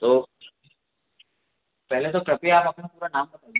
तो पहले तो कृपया आप अपना पूरा नाम बताइए